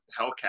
Hellcat